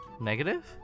negative